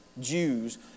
Jews